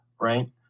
right